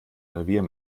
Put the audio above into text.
revier